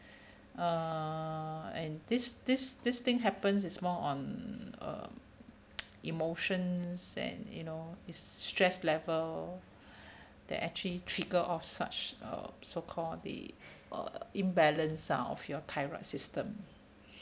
uh and this this this thing happens is more on uh emotions and you know is stress level that actually trigger off such uh so call the uh imbalance uh of your thyroid system